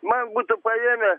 man būtų paėmę